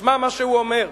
תשמע מה שהוא אומר: